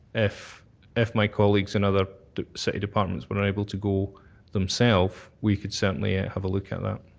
if if my colleagues and other city departments were able to go themselves, we could certainly ah have a look at that.